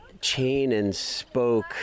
chain-and-spoke